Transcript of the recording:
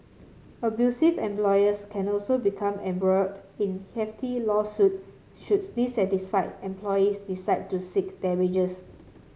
abusive employers can also become embroiled in hefty lawsuit should dissatisfied employees decide to seek damages